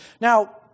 now